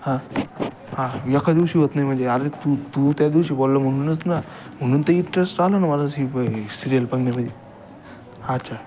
हां हां एखाददिवशी होत नाही म्हणजे अरे तू तू त्या दिवशी बोलला म्हणूनच ना म्हणून तर इटरेस्ट आला नं मला च ही ब सिरियल बघण्यामध्ये अच्छा